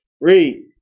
read